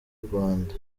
rwanda